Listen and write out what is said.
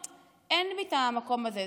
אין בי את המקום הזה.